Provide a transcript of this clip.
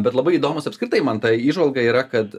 bet labai įdomus apskritai man ta įžvalga yra kad